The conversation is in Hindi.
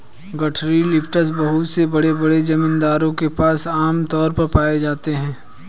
गठरी लिफ्टर बहुत से बड़े बड़े जमींदारों के पास आम तौर पर पाए जाते है